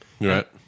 Right